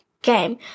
game